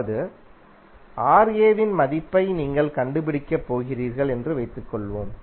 அதாவது Raவின் மதிப்பை நீங்கள் கண்டுபிடிக்கப் போகிறீர்கள் என்று வைத்துக்கொள்வோம்